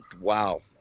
wow